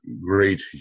great